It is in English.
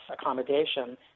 accommodation